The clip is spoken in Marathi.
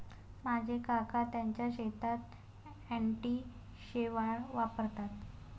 माझे काका त्यांच्या शेतात अँटी शेवाळ वापरतात